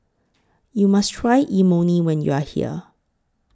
YOU must Try Imoni when YOU Are here